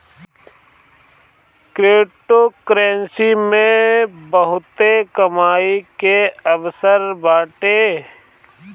cryptocurrency मे बहुते कमाई के अवसर बाटे